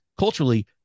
culturally